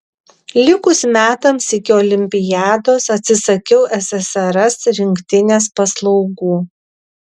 likus metams iki olimpiados atsisakiau ssrs rinktinės paslaugų